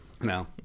No